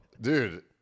Dude